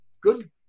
good